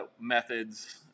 methods